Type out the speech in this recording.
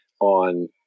on